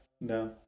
No